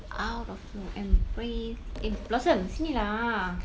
out of your embrace eh blossom sini lah